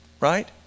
right